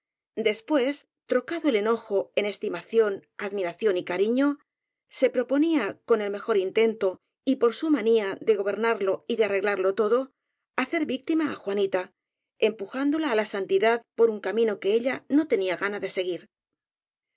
después trocado el enojo en es timación admiración y cariño se proponía con el mejor intento y por su manía de gobernarlo y de arreglarlo todo hacer víctima á juanita empuján dola á la santidad por un camino que ella no tenía gana de seguir